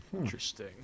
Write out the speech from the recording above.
Interesting